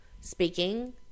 speaking